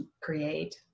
create